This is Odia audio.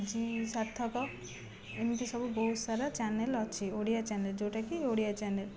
ଜିସାର୍ଥକ ଏମିତି ସବୁ ବହୁତ ସାରା ଚ୍ୟାନେଲ ଅଛି ଓଡ଼ିଆ ଚ୍ୟାନେଲ ଯେଉଁଟାକି ଓଡ଼ିଆ ଚ୍ୟାନେଲ